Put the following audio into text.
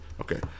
Okay